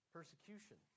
Persecution